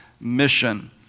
mission